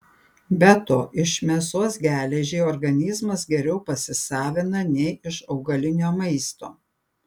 be to iš mėsos geležį organizmas geriau pasisavina nei iš augalinio maisto